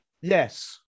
Yes